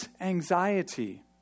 anxiety